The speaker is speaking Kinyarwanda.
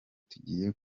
tugiye